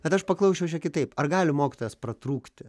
bet aš paklausčiau čia kitaip ar gali mokytojas pratrūkti